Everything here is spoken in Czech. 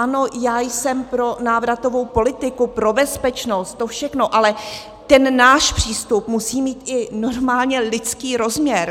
Ano, já jsem pro návratovou politiku, pro bezpečnost, to všechno, ale ten náš přístup musí mít i normálně lidský rozměr.